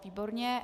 Výborně.